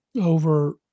over